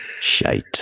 Shite